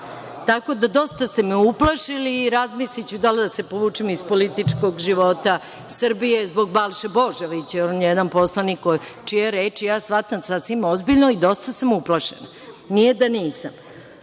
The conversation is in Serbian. tamo. Tako da, dosta ste me uplašili. Razmisliću da li da se povučem iz političkog života Srbije zbog Balše Božovića. On je jedan poslanik čije reči ja shvatam sasvim ozbiljno i dosta sam uplašena, nije da nisam.